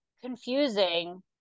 confusing